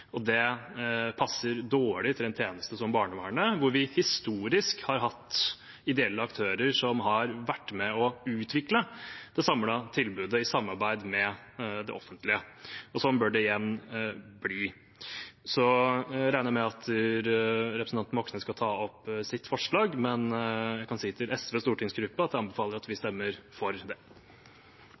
Det passer dårlig for en tjeneste som barnevernet, hvor vi historisk har hatt ideelle aktører som har vært med og utviklet det samlede tilbudet, i samarbeid med det offentlige. Sånn bør det igjen bli. Så regner jeg med at representanten Moxnes skal ta opp sitt forslag, men jeg kan si til SVs stortingsgruppe at jeg anbefaler at vi stemmer for det.